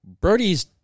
Brody's